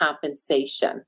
compensation